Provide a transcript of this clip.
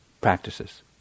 practices